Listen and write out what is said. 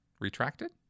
retracted